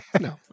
No